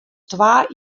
twa